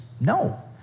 no